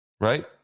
right